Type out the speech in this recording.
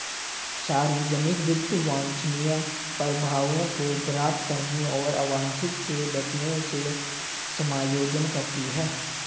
सार्वजनिक वित्त वांछनीय प्रभावों को प्राप्त करने और अवांछित से बचने से समायोजन करती है